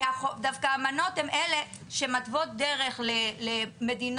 דווקא האמנות הן אלה שמתוות דרך למדינות